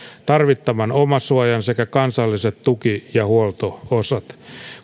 tarvittavan omasuojan sekä kansalliset tuki ja huolto osat